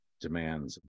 demands